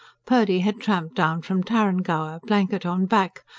purdy had tramped down from tarrangower, blanket on back,